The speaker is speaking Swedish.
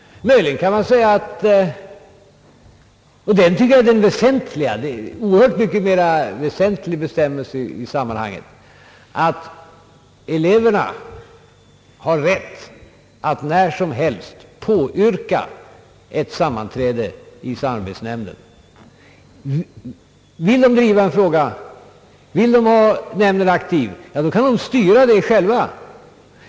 Möjligen kan man säga att eleverna har rättighet — vilket jag finner oerhört mycket mera väsentligt i sammanhanget — att när som helst påyrka ett sammanträde i samarbetsnämnden. Vill de driva en fråga och ha nämnden aktiv, ja, då kan de styra det själva.